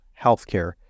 healthcare